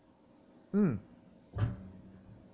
mm